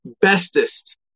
bestest